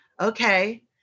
okay